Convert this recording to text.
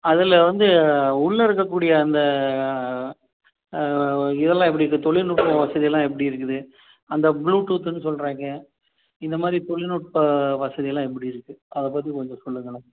அதில் வந்து உள்ளே இருக்கக்கூடிய அந்த இதெல்லாம் எப்படி இருக்குது தொழில்நுட்ப வசதியெலாம் எப்படி இருக்குது அந்த ப்ளூ டூத்னு சொல்றாங்க இந்த மாதிரி தொழில்நுட்ப வசதியெலாம் எப்படி இருக்குது அதை பற்றி கொஞ்சம் சொல்லுங்களேன்